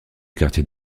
quartier